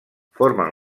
formen